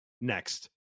next